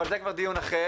אבל זה כבר דיון אחר.